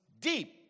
deep